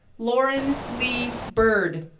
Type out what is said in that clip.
lauren lee bird,